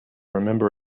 remember